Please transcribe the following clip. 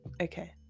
okay